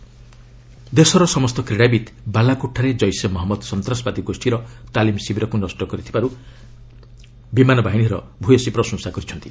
IAF lauded ଦେଶର ସମସ୍ତ କ୍ରୀଡ଼ାବିତ୍ ବାଲାକୋଟ୍ଠାରେ ଜେିସେ ମହମ୍ମଦ ସନ୍ତାସବାଦୀ ଗୋଷ୍ଠୀର ତାଲିମ୍ ଶିବିରକୁ ନଷ୍ଟ କରିଥିବାରୁ ବିମାନ ବାହିନୀର ଭ୍ୟସୀ ପ୍ରଶଂସା କରିଛନ୍ତି